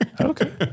Okay